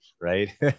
right